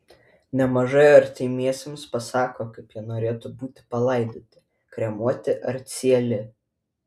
nemažai artimiesiems pasako kaip jie norėtų būti palaidoti kremuoti ar cieli